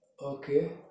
Okay